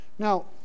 Now